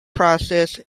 process